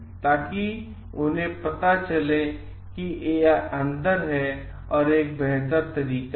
ताकि उन्हें पता चले कि यह अंदर है एक बेहतर तरीका है